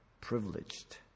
privileged